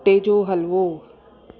अटे जो हलवो